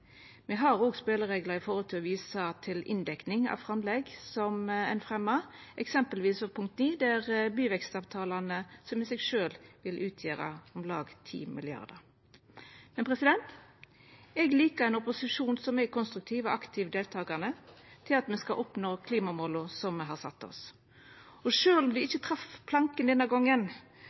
Me har òg spelereglar når det gjeld å visa til inndekning av framlegg som ein fremjar, eksempelvis for punkt 9, om byvekstavtalane, som i seg sjølve vil utgjera om lag 10 mrd. kr. Eg liker ein opposisjon som er konstruktiv og aktivt deltakande til at me skal oppnå klimamåla me har sett oss. Sjølv om dei ikkje trefte planken denne gongen,